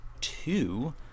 two